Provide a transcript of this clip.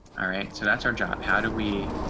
alright, so that's our job. how do we,